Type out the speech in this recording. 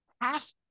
half